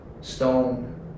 stone